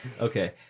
Okay